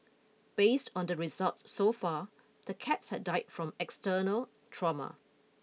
based on the results so far the cats had died from external trauma